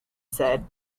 said